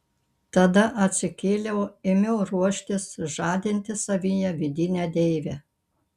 tada atsikėliau ėmiau ruoštis žadinti savyje vidinę deivę